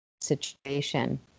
situation